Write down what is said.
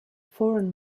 foreign